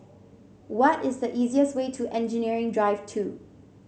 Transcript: what is the easiest way to Engineering Drive Two